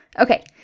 Okay